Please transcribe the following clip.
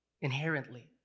inherently